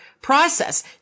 process